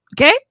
Okay